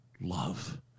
love